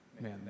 man